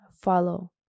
follow